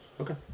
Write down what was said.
Okay